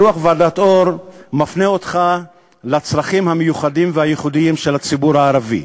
דוח ועדת אור מפנה אותך לצרכים המיוחדים והייחודיים של הציבור הערבי.